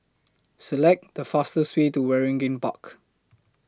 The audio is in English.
Select The fastest Way to Waringin Park